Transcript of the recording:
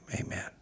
amen